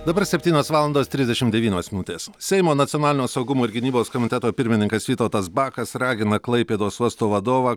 dabar septynios valandos trisdešim devynios minutės seimo nacionalinio saugumo ir gynybos komiteto pirmininkas vytautas bakas ragina klaipėdos uosto vadovą